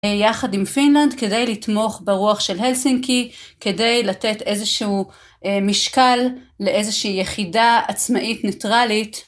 יחד עם פינלנד כדי לתמוך ברוח של הלסינקי, כדי לתת איזשהו משקל לאיזושהי יחידה עצמאית ניטרלית.